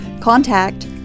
contact